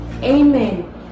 Amen